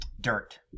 dirt